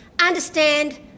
understand